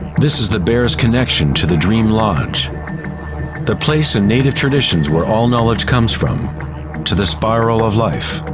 this is the bear's connection to the dream lodge the place in native traditions where all knowledge comes from to the spiral of life.